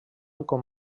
com